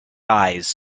eyes